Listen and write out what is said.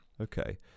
Okay